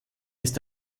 ist